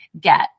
get